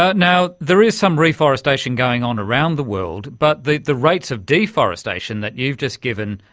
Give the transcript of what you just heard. ah you know there is some reforestation going on around the world, but the the rates of deforestation that you've just given,